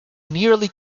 nearly